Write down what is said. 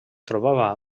trobava